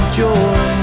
joy